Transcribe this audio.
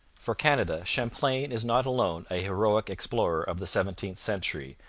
for canada champlain is not alone a heroic explorer of the seventeenth century,